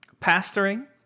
pastoring